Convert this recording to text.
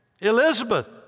Elizabeth